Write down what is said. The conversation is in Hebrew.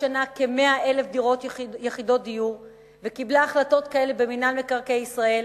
כ-100,000 יחידות דיור בשנה וקיבלה החלטות כאלה במינהל מקרקעי ישראל,